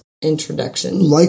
introduction